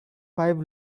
five